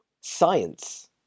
science